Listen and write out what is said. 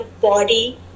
body